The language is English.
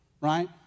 right